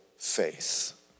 faith